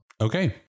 Okay